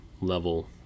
level